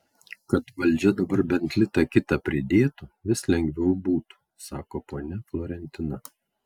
kad valdžia dabar bent litą kitą pridėtų vis lengviau būtų sako ponia florentina